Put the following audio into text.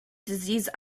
disease